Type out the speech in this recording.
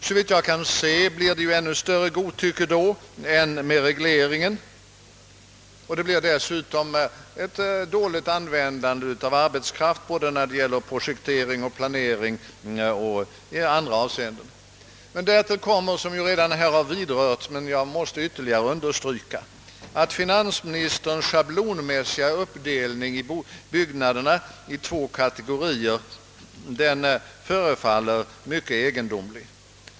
Såvitt jag kan se uppkommer på det sättet ännu större godtycke än med regleringen, och dessutom blir det ett dåligt användande av arbetskraft både i fråga om projektering, planering och annat. Därtill kommer, som här redan har berörts men som jag ytterligare måste understryka, att finansministerns sehablonmässiga uppdelning av byggnaderna i två kategorier är mycket egendomlig.